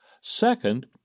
Second